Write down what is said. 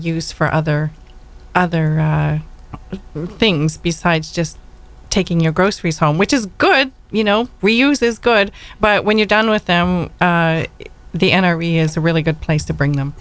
used for other other things besides just taking your groceries home which is good you know reuse is good but when you're done with them the n r a is a really good place to